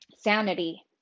sanity